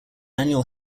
annual